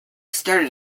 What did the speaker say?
started